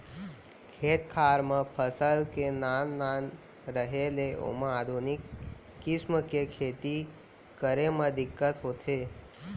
खेत खार म फसल के नान नान रहें ले ओमा आधुनिक किसम के खेती करे म दिक्कत होथे